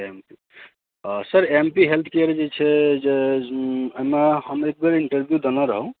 sir M P health care जे छै जे एहिमे हम एक बेर इंटरव्यू देने रहूँ